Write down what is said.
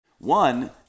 one